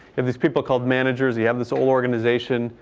have these people called managers. you have this whole organization.